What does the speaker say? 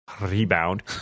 rebound